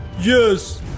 Yes